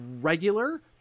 regular